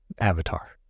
Avatar